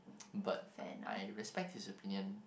but I respect his opinion